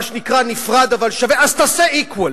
מה שנקרא נפרד אבל שווה, אז תעשה equal.